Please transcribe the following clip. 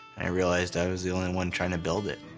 i realized i was the only one trying to build it.